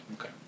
Okay